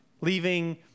leaving